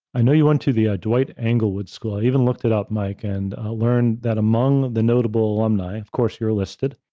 i know you went to the dwight englewood school, i even looked it up, mike, and learned that among the notable alumni, of course, you're listed,